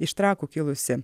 iš trakų kilusi